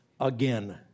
again